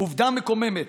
עובדה מקוממת: